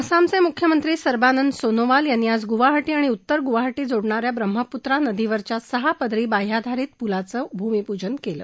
आसामचे मुख्यमंत्री सर्बानंद सोनोवाल यांनी आज गुवाहटी आणि उत्तर गुवाहटी जोडणा या ब्रह्मपुत्रा नदीवरच्या सहा पदरी बाह्याधारित पुलाचं भूमिपूजन केलं